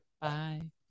Bye